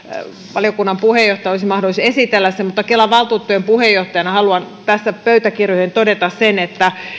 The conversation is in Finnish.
valiokunnan puheenjohtajaa hänellä olisi mahdollisuus esitellä se mutta kelan valtuutettujen puheenjohtajana haluan tässä pöytäkirjoihin todeta sen että